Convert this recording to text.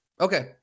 okay